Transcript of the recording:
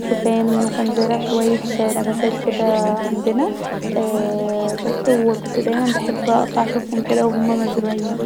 شوفان وكان زارع شويه نباتات كدا عندنا ااااا بس وكنت دايما بحب اطلع اشوفهم كدا وهما مزروعين